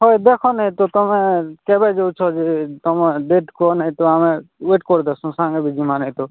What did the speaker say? ହଏ ଦେଖ ନାଇଁ ତ ତୁମେ କେବେ ଯଉଛ ଯେ ତୁମ ଡେଟ୍ କହ ନାଇଁ ତ ଆମେ ୱେଟ୍ କର୍ଦେସୁଁ ସାଙ୍ଗରେ ବି ଯିମା ନାଇଁ ତ